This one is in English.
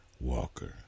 Walker